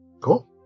Cool